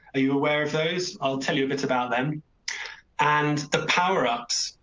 you aware of those? i'll tell you a bit about them and the power ups.